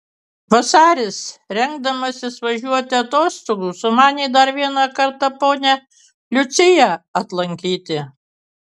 vasaris rengdamasis važiuoti atostogų sumanė dar vieną kartą ponią liuciją atlankyti